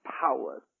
powers